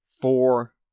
four